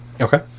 Okay